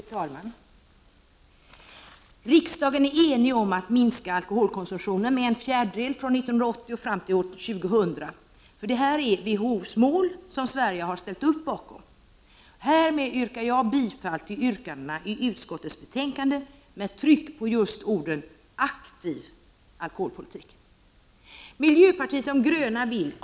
Fru talman! Riksdagen är enig om att minska alkoholkonsumtionen med en fjärdedel från 1980 fram till år 2000, därför att detta är WHO:s mål som Sverige har ställt sig bakom. Härmed yrkar jag bifall till yrkandena i utskottets betänkande, med tryck på aktiv alkoholpolitik.